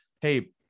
hey